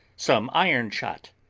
some iron shot,